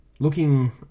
Looking